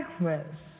breakfast